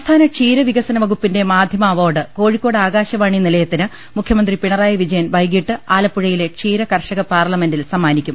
സംസ്ഥാന ക്ഷീര വികസന വകുപ്പിന്റെ മാധ്യമ അവാർഡ് കോഴിക്കോട് ആകാശവാണി നിലയത്തിന് മുഖ്യമന്ത്രി പിണറായി വിജയൻ വൈകിട്ട് ആലപ്പുഴയിലെ ക്ഷീരകർഷക പാർലമെന്റിൽ സമ്മാനിക്കും